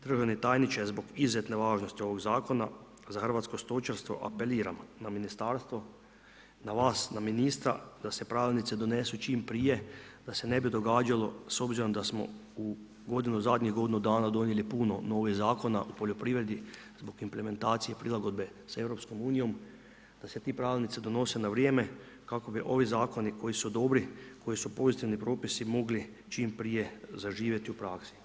Državni tajniče zbog izuzetne važnosti ovog zakona za hrvatsko stočarstvo apeliram na ministarstvo, na vas na ministra da se pravilnici donesu čim prije da se ne bi događalo, s obzirom da smo u zadnjih godinu dana donijeli puno novih zakona u poljoprivredi zbog implementacije, prilagodbe sa EU, da se ti pravilnici donose na vrijeme kako bi ovi zakoni koji su dobri, koji su pozitivni propisi mogli čim prije zaživjeti u praksi.